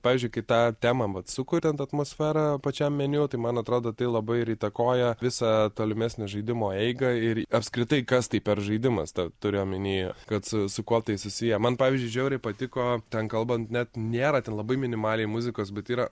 pavyzdžiui kai tą temą vat sukuriant atmosferą pačiam meniu tai man atrodo tai labai ir įtakoja visą tolimesnę žaidimo eigą ir apskritai kas tai per žaidimas tą turiu omeny kad su su kuo tai susiję man pavyzdžiui žiauriai patiko ten kalbant net nėra ten labai minimaliai muzikos bet yra